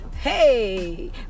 Hey